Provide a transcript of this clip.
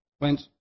went